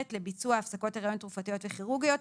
לביצוע הפסקות הריון תרופתיות וכירורגיות".